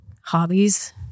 hobbies